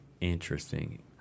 Interesting